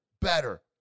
better